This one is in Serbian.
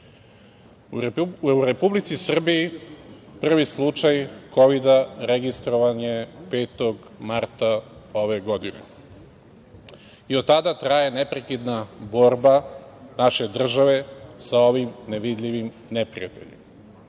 u Republici Srbiji prvi slučaj Kovida registrovan je 5. marta ove godine i od tada traje neprekidna borba naše države sa ovim nevidljivim neprijateljem,